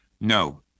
No